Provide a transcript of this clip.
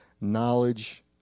knowledge